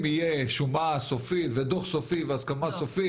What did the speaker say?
יהיה שומה סופית ודוח סופי והסכמה סופית,